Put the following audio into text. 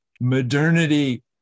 Modernity